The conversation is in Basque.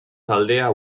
taldea